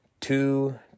two